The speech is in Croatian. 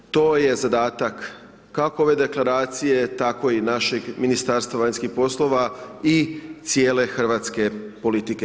To je zadatak, kako ove Deklaracije, tako i našeg Ministarstva vanjskih poslova i cijele hrvatske politike.